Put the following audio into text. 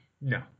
no